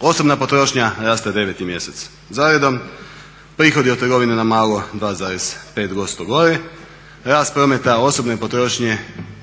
Osobna potrošnja raste deveti mjesec za redom, prihodi od trgovine na malo 2,5% gore, rast prometa osobne potrošnje